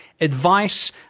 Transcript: advice